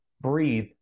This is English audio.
breathe